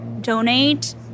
donate